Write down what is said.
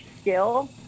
skill